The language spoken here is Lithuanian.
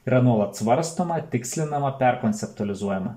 yra nuolat svarstoma tikslinama perkonceptualizuojama